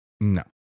No